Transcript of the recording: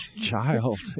child